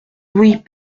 louis